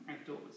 outdoors